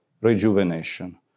Rejuvenation